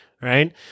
right